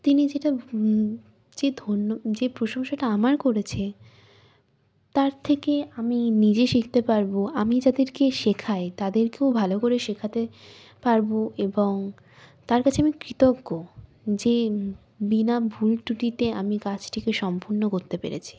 তিনি যেটা যে ধন্য যে প্রশংসাটা আমার করেছে তার থেকে আমি নিজে শিখতে পারবো আমি যাদেরকে শেখাই তাদেরকেও ভালো করে শেখাতে পারবো এবং তার কাছে আমি কৃতজ্ঞ যে বিনা ভুল ত্রুটিতে আমি কাজটিকে সম্পূর্ণ করতে পেরেছি